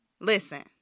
listen